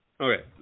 Okay